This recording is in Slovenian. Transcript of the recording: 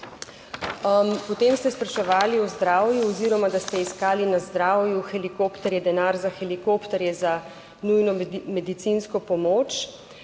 Potem ste spraševali o zdravju oziroma, da ste iskali na zdravju helikopterje, denar za helikopterje za nujno medicinsko pomoč.